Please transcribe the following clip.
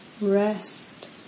Rest